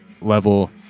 level